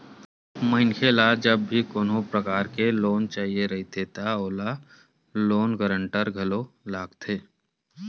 मनखे ल जब भी कोनो परकार के लोन चाही रहिथे त ओला लोन गांरटर घलो लगथे